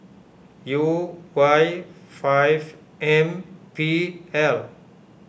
U Y five M P L